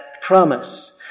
promise